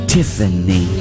Tiffany